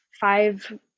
five